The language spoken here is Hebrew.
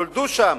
נולדו שם,